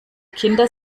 kinder